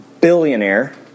billionaire